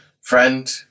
friend